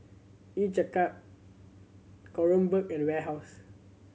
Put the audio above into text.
Each a Cup Kronenbourg and Warehouse